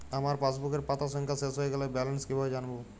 আমার পাসবুকের পাতা সংখ্যা শেষ হয়ে গেলে ব্যালেন্স কীভাবে জানব?